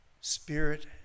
spirit